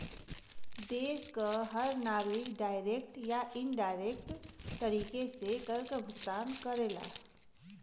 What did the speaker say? देश क हर नागरिक डायरेक्ट या इनडायरेक्ट तरीके से कर काभुगतान करला